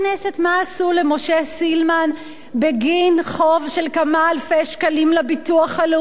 מה עשו למשה סילמן בגין חוב של כמה אלפי שקלים לביטוח הלאומי.